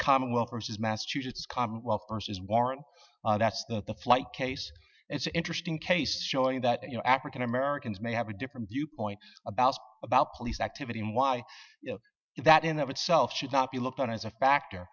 commonwealth versus massachusetts commonwealth versus warrant that's the flight case it's an interesting case showing that you know african americans may have a different viewpoint about about police activity and why that in of itself should not be looked on as a factor